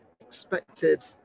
expected